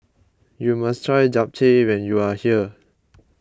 you must try Japchae when you are here